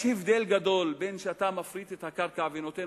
יש הבדל גדול בין שאתה מפריט את הקרקע ונותן